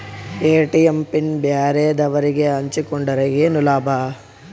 ATM PIN ಬ್ಯಾರೆದವರಗೆ ಹಂಚಿಕೊಂಡರೆ ಏನು ಲಾಭ?